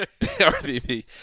RVP